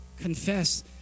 Confess